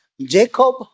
Jacob